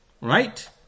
right